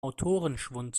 autorenschwund